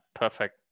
Perfect